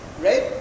right